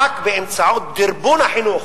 רק באמצעות דרבון החינוך,